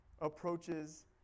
approaches